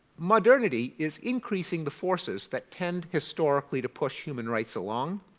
modernity is increasing the forces that tend historically to push human rights along.